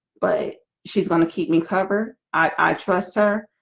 but she's going to keep me covered. i trust her